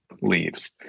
leaves